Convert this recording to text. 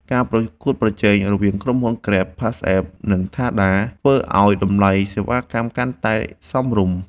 ការប្រកួតប្រជែងរវាងក្រុមហ៊ុន Grab, PassApp និង Tada ធ្វើឱ្យតម្លៃសេវាកម្មកាន់តែសមរម្យ។